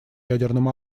ядерным